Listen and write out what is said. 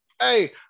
Hey